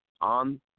on